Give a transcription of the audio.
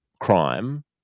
crime